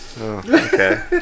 okay